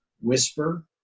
whisper